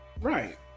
Right